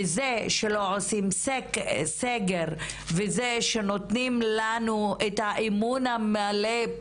וזה שלא עושים סגר וזה שנותנים לנו את האמון המלא,